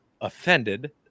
offended